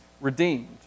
redeemed